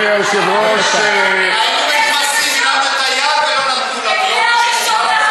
היינו, גם את היד ולא נתנו לנו.